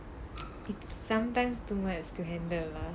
it's sometimes too much to handle lah